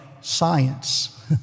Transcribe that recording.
science